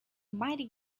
mighty